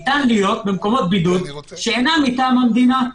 ניתן להיות במקומות בידוד שאינם מטעם המדינה.